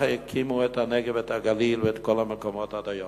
וכך הקימו את הנגב והגליל ואת כל המקומות עד היום.